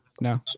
No